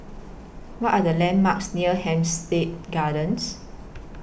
What Are The landmarks near Hampstead Gardens